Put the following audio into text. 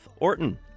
Orton